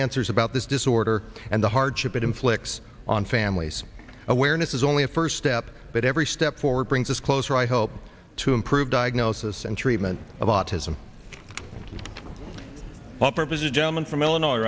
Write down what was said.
answers about this disorder and the hardship it inflicts on families awareness is only a first step but every step forward brings us closer i hope to improve diagnosis and treatment of autism up as a gentleman from illinois